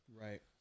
Right